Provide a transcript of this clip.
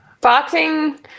Boxing